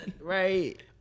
Right